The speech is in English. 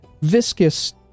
viscous